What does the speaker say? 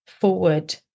forward